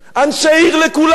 אנשי "עיר לכולנו"